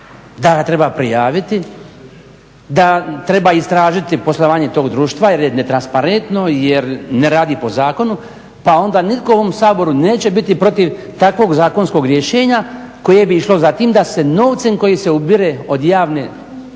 da ga treba prijaviti, da treba istražiti poslovanje tog društva jer je netransparentno, jer ne radi po zakonu. Pa onda nitko u ovom Saboru neće biti protiv takvog zakonskog rješenja koje bi išlo za tim da se novcem koji se ubire od javne